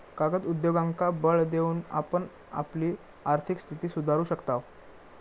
कागद उद्योगांका बळ देऊन आपण आपली आर्थिक स्थिती सुधारू शकताव